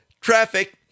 Traffic